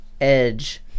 edge